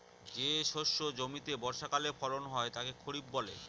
যে শস্য জমিতে বর্ষাকালে ফলন হয় তাকে খরিফ বলে